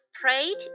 prayed